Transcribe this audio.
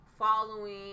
following